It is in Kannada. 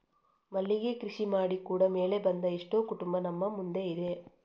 ಮಲ್ಲಿಗೆ ಕೃಷಿ ಮಾಡಿ ಕೂಡಾ ಮೇಲೆ ಬಂದ ಎಷ್ಟೋ ಕುಟುಂಬ ನಮ್ಮ ಮುಂದೆ ಇದೆ